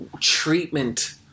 treatment